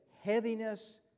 heaviness